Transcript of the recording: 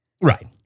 right